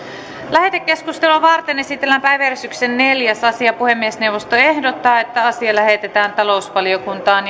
lähetekeskustelua varten esitellään päiväjärjestyksen neljäs asia puhemiesneuvosto ehdottaa että asia lähetetään talousvaliokuntaan